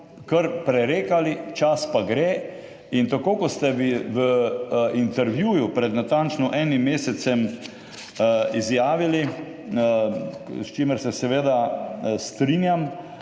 kar prerekali, čas pa gre. In tako kot ste vi v intervjuju pred natančno enim mesecem izjavili, s čimer se seveda strinjam,